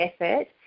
effort